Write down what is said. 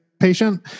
patient